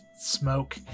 smoke